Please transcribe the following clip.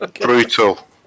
Brutal